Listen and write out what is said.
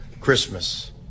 Christmas